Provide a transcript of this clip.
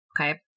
Okay